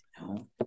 No